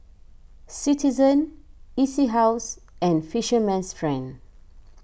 Citizen E C House and Fisherman's Friend